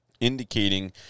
indicating